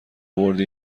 آوردی